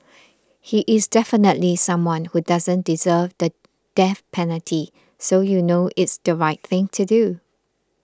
he is definitely someone who doesn't deserve the death penalty so you know it's the right thing to do